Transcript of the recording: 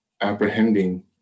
apprehending